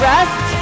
Rest